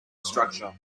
structure